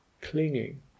clinging